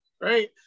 right